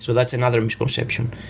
so that's another misconception,